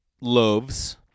loaves